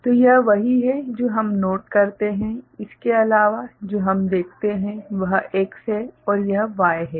तो यह वही है जो हम नोट करते हैं इसके अलावा जो हम देखते हैं वह X है और यह Y है